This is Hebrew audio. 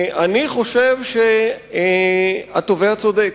אני חושב שהתובע צודק,